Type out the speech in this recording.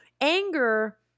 Anger